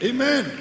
Amen